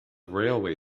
railway